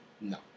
No